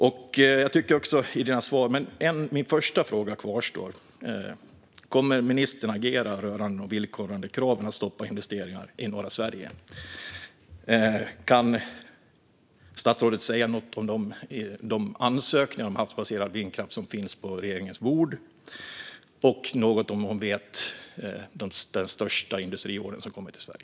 Vidare kvarstår min första fråga: Kommer ministern att agera rörande de villkorade kraven om att stoppa investeringar i norra Sverige? Kan statsrådet säga något om de ansökningar om havsbaserad vindkraft som finns på regeringens bord? Och vet hon vilken som är den största industriorder som kommit till Sverige?